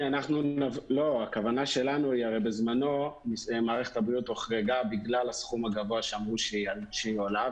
הרי בזמנו מערכת הבריאות הוחרגה בלל הסכום שאמרו שהיא עולה.